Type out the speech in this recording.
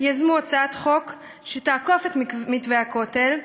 יזמו הצעת חוק שתעקוף את מתווה הכותל,